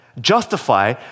justify